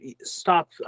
stop